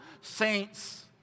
saints